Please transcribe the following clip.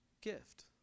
gift